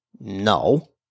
No